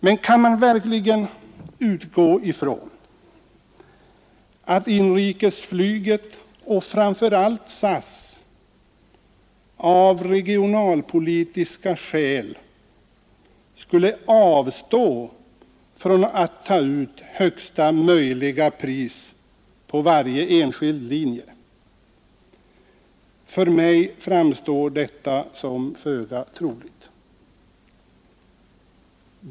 Men kan man verkligen utgå från att inrikesflyget och framför allt SAS av regionalpolitiska skäl skulle avstå från att ta ut högsta möjliga pris på varje enskild linje? För mig framstår detta som föga troligt.